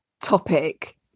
topic